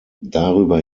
darüber